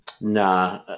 Nah